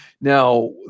Now